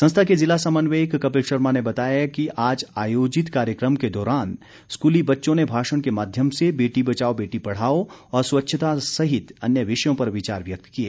संस्था के जिला समन्वयक कपिल शर्मा ने बताया कि आज आयोजित कार्यक्रम के दौरान स्कूली बच्चों ने भाषण के माध्यम से बेटी बचाओ बेटी पढ़ाओं और स्वच्छता सहित अन्य विषयों पर विचार व्यक्त किए